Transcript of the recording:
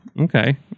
Okay